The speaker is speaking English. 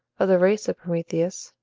of the race of prometheus,